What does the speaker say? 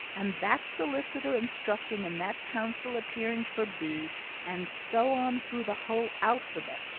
and that solicitor instructing and that counsel appearing for b and so on through the whole alphabet,